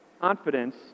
confidence